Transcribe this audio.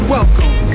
Welcome